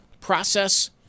process